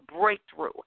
breakthrough